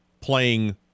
playing